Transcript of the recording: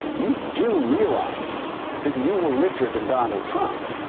you do realize that you were richer than donald trump?